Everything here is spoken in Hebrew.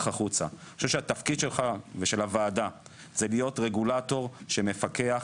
אני חושב שהתפקיד שלך ושל הוועדה זה להיות רגולטור שמפקח,